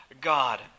God